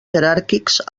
jeràrquics